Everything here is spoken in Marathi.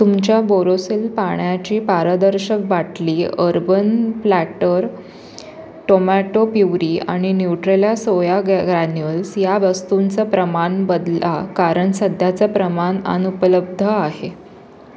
तुमच्या बोरोसिल पाण्याची पारदर्शक बाटली अर्बन प्लॅटर टोमॅटो प्युरी आणि न्युट्रेला सोया गॅ ग्रॅन्युअल्स या वस्तूंचा प्रमाण बदला कारण सध्याचं प्रमाण अनुपलब्ध आहे